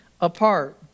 apart